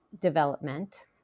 development